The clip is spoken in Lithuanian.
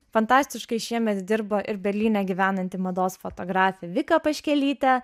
fantastiškai šiemet dirbo ir berlyne gyvenanti mados fotografė vika paškelytė